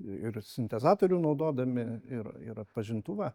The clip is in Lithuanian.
ir sintezatorių naudodami ir ir atpažintuvą